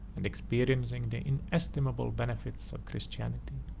and experiencing the inestimable benefits of christianity.